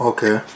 Okay